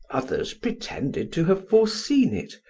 others pretended to have foreseen it,